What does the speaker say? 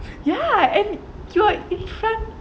ya and you're in front